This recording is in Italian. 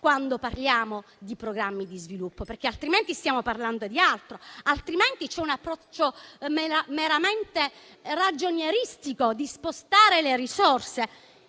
quando parliamo di programmi di sviluppo. Altrimenti, stiamo parlando di altro; altrimenti, c'è un approccio meramente ragionieristico dello spostamento delle risorse.